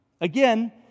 Again